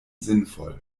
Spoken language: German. sinnvoll